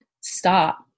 stop